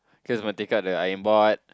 cause must take out the iron board